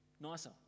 nicer